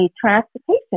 transportation